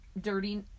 dirty